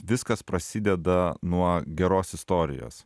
viskas prasideda nuo geros istorijos